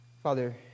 Father